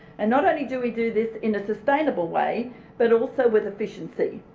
and not only do we do this in a sustainable way but also with efficiency,